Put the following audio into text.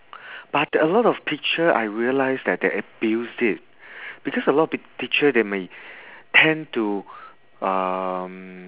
but a lot of teacher I realised that they abused it because a lot of teacher they may tend to um